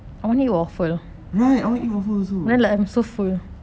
right I only eat waffle also